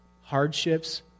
hardships